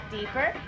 deeper